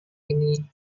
ini